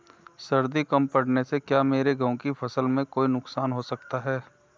सर्दी कम पड़ने से क्या मेरे गेहूँ की फसल में कोई नुकसान हो सकता है?